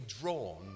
drawn